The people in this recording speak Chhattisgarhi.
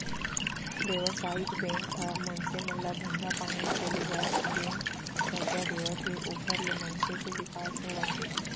बेवसायिक बेंक ह मनसे मन ल धंधा पानी खोले बर जेन करजा देवत हे ओखर ले मनसे के बिकास होवत हे